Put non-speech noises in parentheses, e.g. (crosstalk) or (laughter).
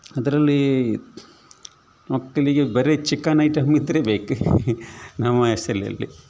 ಅದರಲ್ಲೀ ಮಕ್ಳಿಗೆ ಬರೀ ಚಿಕನ್ ಐಟಮ್ ಇದ್ರೆ ಬೇಕು ನಮ್ಮ (unintelligible)